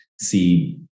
see